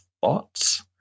Thoughts